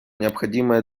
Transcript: необходимое